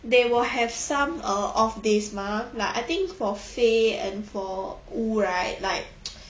they will have some uh of this mah like I think for fey and for wu right like